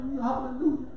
hallelujah